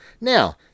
Now